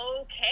Okay